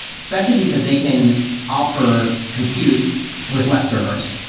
especially because they can offer compute with less servers.